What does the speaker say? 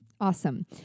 Awesome